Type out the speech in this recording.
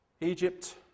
Egypt